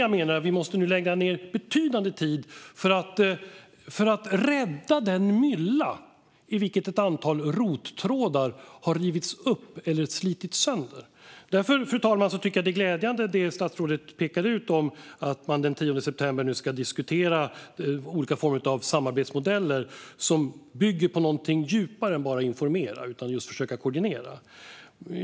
Jag menar att vi måste lägga ned betydande tid på att rädda den mylla ur vilken ett antal rottrådar har rivits upp eller slitits sönder. Därför tycker jag, fru talman, att det är glädjande det som statsrådet pekar ut om att man den 10 september ska diskutera olika former av samarbetsmodeller som bygger på någonting djupare än att bara informera, nämligen också på att just försöka koordinera.